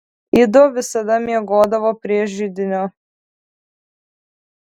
ido visada miegodavo prie židinio